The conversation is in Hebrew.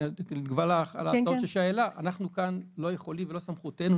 אנחנו כאן לא יכולים ולא סמכותנו,